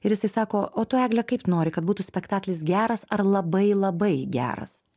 ir jisai sako o tu egle kaip nori kad būtų spektaklis geras ar labai labai geras